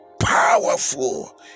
powerful